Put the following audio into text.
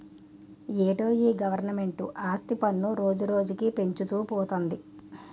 ఏటో ఈ గవరమెంటు ఆస్తి పన్ను రోజురోజుకీ పెంచుతూ పోతంది